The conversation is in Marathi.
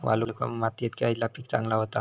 वालुकामय मातयेत खयला पीक चांगला होता?